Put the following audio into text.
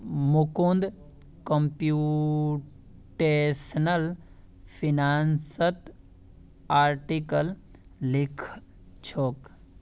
Mukund computational फिनांसत article लिखछोक